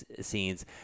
scenes